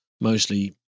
mostly